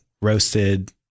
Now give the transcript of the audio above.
roasted